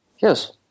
Yes